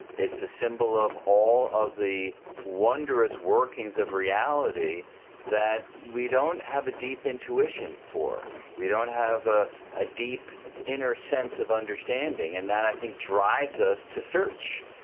it's a symbol of all of the wondrous workings of reality that we don't have a deep intuition for, we don't have a a deep inner sense of understanding, and that i think drives us to search.